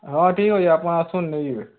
ହଁ ଠିକ୍ ଅଛେ ଆପଣ ଆସୁନ୍ ନେଇଯିବେ